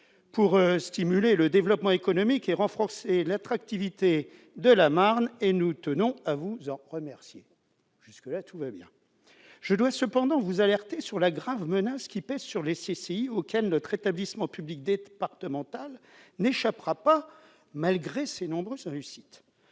-pour stimuler le développement économique et renforcer l'attractivité de la Marne et nous tenons à vous en remercier. » Jusqu'ici, tout va bien !« Je dois cependant vous alerter sur la grave menace qui pèse sur les CCI, à laquelle notre établissement public départemental n'échappera pas, malgré ses nombreuses réussites.